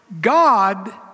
God